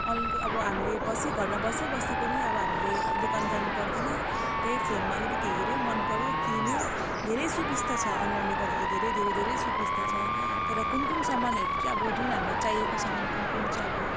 अनलाइनको अब हामीले बसी घरमा बसी बसी पनि अब हामीले दोकान जानुपर्दैन त्यही फोनमा अलिकति हेर्यो मनपर्यो किन्यो धेरै सुविस्ता छ अनलाइनले गर्दा त धेरै धेरै धेरै सुविस्ता छ तर कुन कुन सामानहरू चाहिँ अब जुन हामीलाई चाहिएको सामान कुन कुन चाहिँ अब